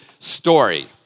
story